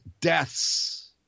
deaths